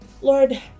Lord